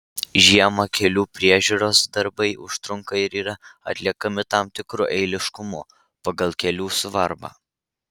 žiemą kelių priežiūros darbai užtrunka ir yra atliekami tam tikru eiliškumu pagal kelių svarbą